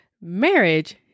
Marriage